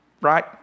Right